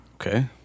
Okay